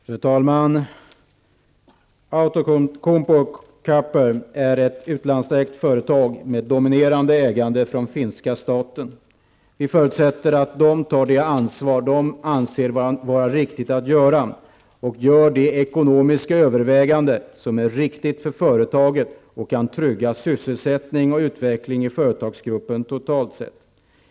Fru talman! Outokumpu Copper är ett utlandsägt företag med ett dominerande ägande från finska staten. Vi förutsätter att ägaren tar det ansvar som den anser vara riktigt och gör de ekonomiska överväganden som är riktiga för företaget och som kan trygga sysselsättning och utveckling i företagsgruppen totalt sett.